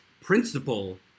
principle